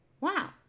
Wow